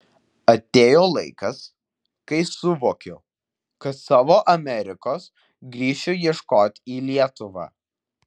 atėjo laikas kai suvokiau kad savo amerikos grįšiu ieškoti į lietuvą